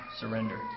surrender